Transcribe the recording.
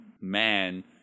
man